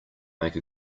make